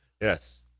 Yes